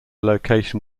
location